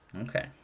Okay